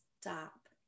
stop